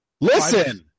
Listen